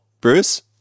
Bruce